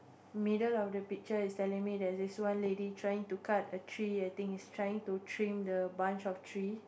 middle of the picture is telling me there's this one lady trying to cut a tree I think is trying to trim the bunch of tree